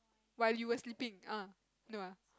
while you were sleeping eh no ah